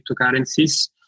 cryptocurrencies